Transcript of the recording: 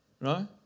right